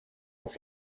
ist